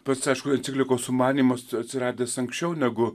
pats aišku enciklikos sumanymas atsiradęs anksčiau negu